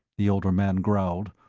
the older man growled.